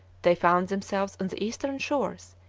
they found themselves on the eastern shores,